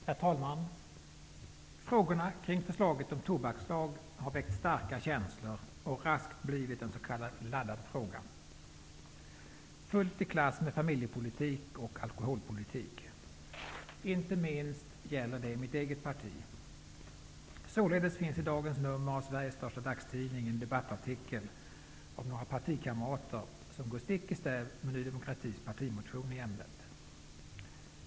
Herr talman! Frågorna kring förslaget om en tobakslag har väckt starka känslor. Det här har raskt blivit en s.k. laddad fråga -- fullt i klass med familjepolitiken och alkoholpolitiken. Inte minst gäller det mitt eget parti. Således finns det i Sveriges största dagstidning i dag en debattartikel av några partikamrater som går stick i stäv med Ny demokratis partimotion i ämnet.